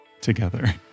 together